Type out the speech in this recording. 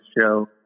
show